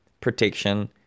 protection